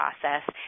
process